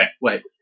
wait